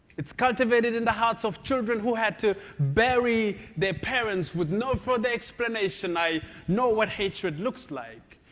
it's cultivated in the hearts of children who had to bury their parents. with no further explanation, i know what hatred looks like.